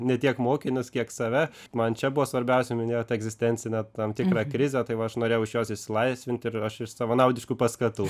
ne tiek mokinius kiek save man čia buvo svarbiausia minėjot egzistencinę tam tikrą krizę tai va aš norėjau iš jos išsilaisvint ir aš iš savanaudiškų paskatų